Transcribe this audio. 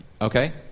Okay